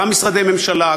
גם משרדי ממשלה,